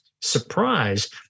surprise